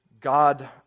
God